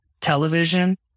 television